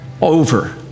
over